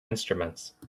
instruments